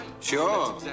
Sure